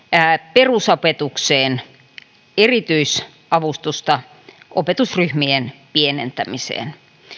perusopetukseen erityisavustusta opetusryhmien pienentämiseen